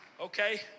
okay